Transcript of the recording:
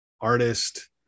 Artist